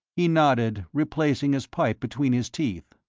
he nodded, replacing his pipe between his teeth.